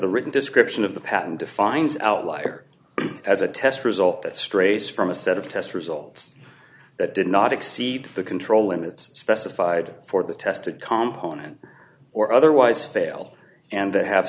written description of the patent defines outlier as a test result that strays from a set of test results that did not exceed the control limits specified for the tested complement or otherwise fail and that have